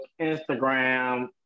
Instagram